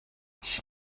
she